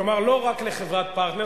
כלומר לא רק לחברת "פרטנר",